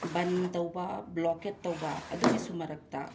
ꯕꯟ ꯇꯧꯕ ꯕ꯭ꯂꯣꯀꯦꯠ ꯇꯧꯕ ꯑꯗꯨꯒꯤꯁꯨ ꯃꯔꯛꯇ